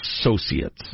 associates